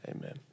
amen